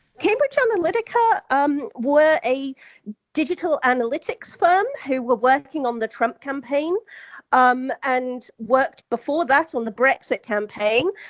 cambridge um analytica um were a digital analytics firm who were working on the trump campaign um and worked before that on the brexit campaign.